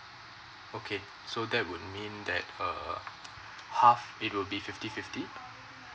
okay so that would mean that uh half it will be fifty fifty